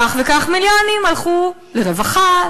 כך וכך מיליונים הלכו לרווחה,